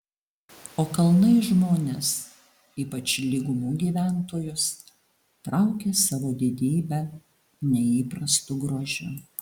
o kalnai žmones ypač lygumų gyventojus traukia savo didybe neįprastu grožiu